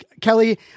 Kelly